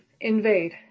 invade